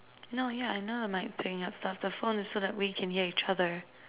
no yeah I know I'm like the phone is so that we can hear each other